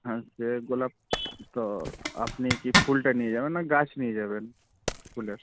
হ্যাঁ সে গোলাপ তো আপনি কি ফুলটা নিয়ে যাবেন না গাছ নিয়ে যাবেন ফুলের